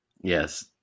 Yes